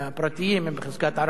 הן פרטיות, הן בחזקת ערבים.